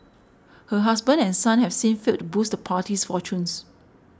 her husband and son have since failed to boost the party's fortunes